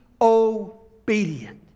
obedient